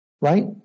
right